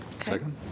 Second